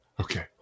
Okay